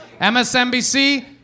MSNBC